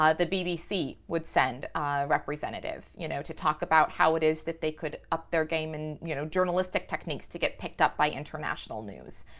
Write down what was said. ah the bbc would send a representative, you know, to talk about how it is that they could up their game and you know journalistic techniques to get picked up by international news.